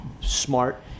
smart